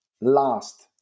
last